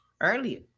earlier